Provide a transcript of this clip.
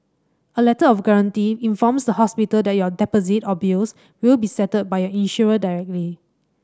a letter of guarantee informs the hospital that your deposit or bills will be settled by your insurer directly